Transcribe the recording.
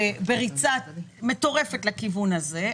בריצה מטורפת לכיוון הזה.